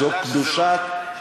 זו קדושת,